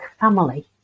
family